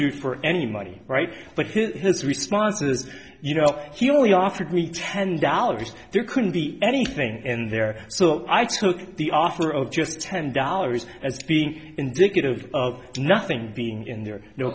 you for any money right but he has responses you know he only offered me ten dollars there couldn't be anything in there so i took the offer of just ten dollars as being indicative of nothing being in there no